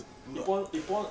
Epon Epon